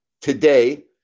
today